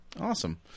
awesome